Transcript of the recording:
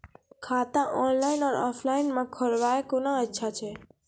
खाता ऑनलाइन और ऑफलाइन म खोलवाय कुन अच्छा छै?